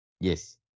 Yes